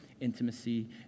intimacy